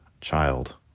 child